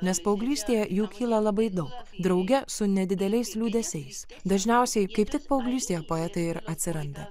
nes paauglystėje jų kyla labai daug drauge su nedideliais liūdesiais dažniausiai kaip tik paauglystėje poetai ir atsiranda